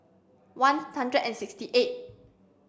one hundred and sixty eight